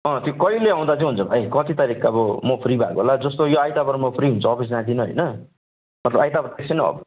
अँ त्यो कहिले आउँदा चाहिँ हुन्छ भाइ कति तारिक अब म फ्री भएको बेला जस्तो यो आइतबार म फ्री हुन्छु अफिस जाँदिनँ होइन मतलब आइतबार त्यसै पनि अफ्